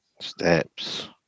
Steps